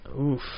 Oof